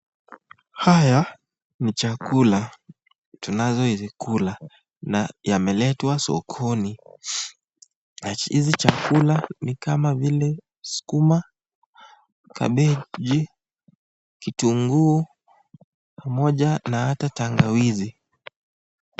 Haya ni chakula tunazozikula na yameletwa sokoni, hizi chakula ni kama vile sukuma, cabbeji, kitunguu pamoja na hata tangawizi.